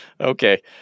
Okay